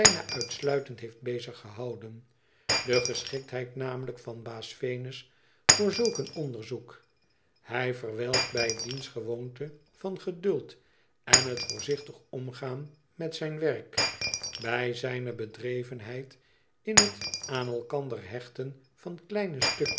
uitsluitend heeft bezig gehouden de geschiktheid namelijk van baas venus voor zulk een onderzoek hij verwijlt bij diens gewoonte van geduld en hetvoorzichtige omgaan met zijn werk bij zijne bedrevenheid m het aan elkander hechten van kleine stukjes